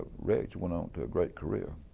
reg went on to a great career,